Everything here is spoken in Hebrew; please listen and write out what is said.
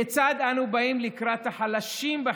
כיצד אנו באים לקראת החלשים בחברה?